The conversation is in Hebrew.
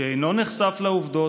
שאינו נחשף לעובדות,